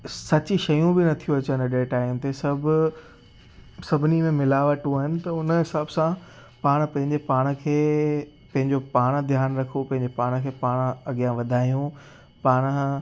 सची शयूं बि नथियूं अचनि हेॾे टाइम ते सभु सभिनी में मिलावटू आहिनि त हुनजे हिसाब सां पाणि पंहिंजे पाण खे पंहिंजो पाणि ध्यानु रखूं पंहिंजे पाण खे पाणि अॻियां वधायूं पाणि